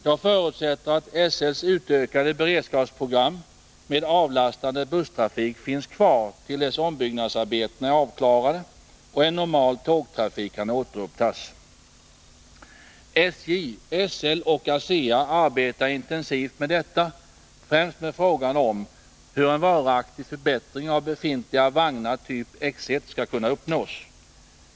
Jag förutsätter att SL:s utökade beredskapsprogram med avlastande busstrafik finns kvar till dess ombyggnadsarbetena är avklarade och en normal tågtrafik kan återupptas. SJ, SL och ASEA arbetar intensivt med detta, och främst med frågor om hur en varaktig förbättring av befintliga vagnar, typ X 1, skall kunna uppnås.